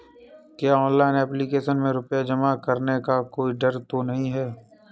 क्या online application में रुपया जाने का कोई डर तो नही है?